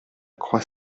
croix